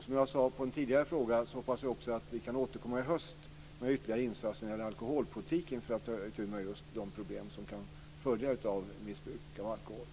Som jag svarade på en tidigare fråga om alkoholpolitiken hoppas jag att vi kan återkomma i höst med ytterligare insatser för att ta itu med just de problem som kan följa av alkoholmissbruk.